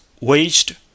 waged